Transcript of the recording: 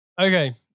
Okay